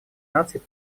наций